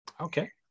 Okay